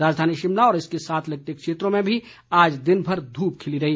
राजधानी शिमला व इसके साथ लगते क्षेत्रों में भी आज दिनभर धूप खिली रही